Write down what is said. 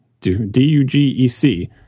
D-U-G-E-C